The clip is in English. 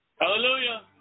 Hallelujah